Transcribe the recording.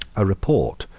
a report,